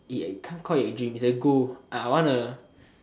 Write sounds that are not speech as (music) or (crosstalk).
(noise) can't call it a dream it's a goal I want a